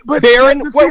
Baron